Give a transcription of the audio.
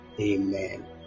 Amen